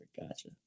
gotcha